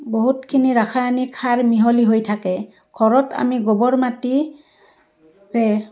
বহুতখিনি ৰাসায়নিক সাৰ মিহলি হৈ থাকে ঘৰত আমি গোবৰ মাটিৰে